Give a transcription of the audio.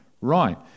Right